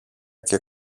και